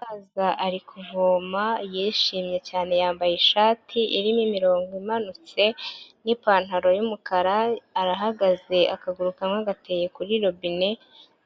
Umusaza ari kuvoma, yishimye cyane yambaye ishati irimo imirongo imanutse n'ipantaro y'umukara, arahagaze akaguru kamwe agateye kuri robine,